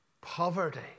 poverty